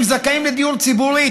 זכאים לדיור ציבורי,